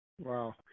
wow